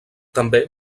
també